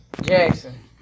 Jackson